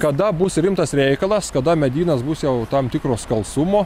kada bus rimtas reikalas kada medynas bus jau tam tikro skalsumo